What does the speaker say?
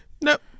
nope